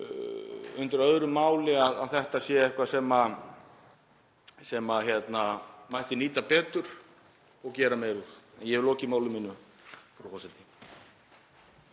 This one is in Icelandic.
undir öðru máli að þetta sé eitthvað sem mætti nýta betur og gera meira úr. — Ég hef lokið máli mínu,